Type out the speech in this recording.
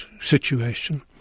situation